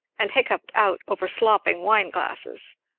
and hiccoughed out over slopping wineglasses